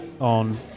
on